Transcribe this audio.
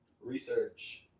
research